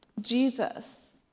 Jesus